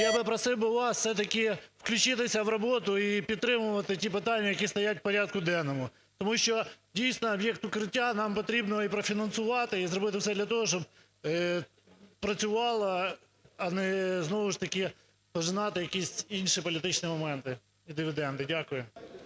Я би просив би вас все-таки включитися в роботу і підтримувати ті питання, які стоять в порядку денному. Тому що, дійсно, об'єкт "Укриття" нам потрібно і профінансувати, і зробити все для того, щоб працювало, а не знову ж таки пожинати якісь інші політичні моменти і дивіденди. Дякую.